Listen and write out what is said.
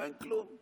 ואין כלום.